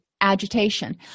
agitation